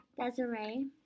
Desiree